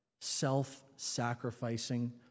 self-sacrificing